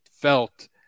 felt